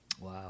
wow